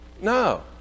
No